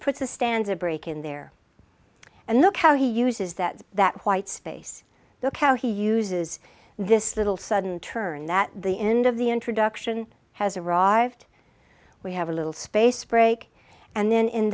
puts a stanza break in there and look how he uses that that whitespace look how he uses this little sudden turn that the end of the introduction has arrived we have a little space break and then in